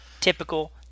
Typical